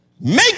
Make